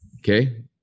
Okay